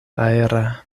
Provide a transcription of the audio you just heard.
aera